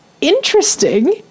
interesting